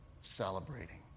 celebrating